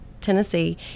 Tennessee